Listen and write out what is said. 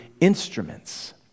instruments